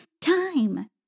time